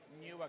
newer